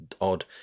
odd